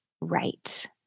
right